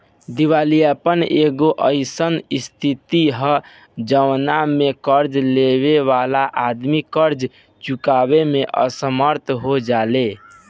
दिवालियापन एगो अईसन स्थिति ह जवना में कर्ज लेबे वाला आदमी कर्ज चुकावे में असमर्थ हो जाले